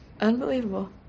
Unbelievable